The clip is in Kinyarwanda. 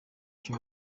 cyo